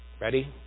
ready